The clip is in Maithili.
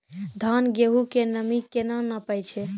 धान, गेहूँ के नमी केना नापै छै?